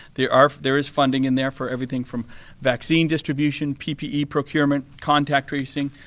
there um there is funding in there for everything from vaccine distribution, ppe procurement, contact tracing,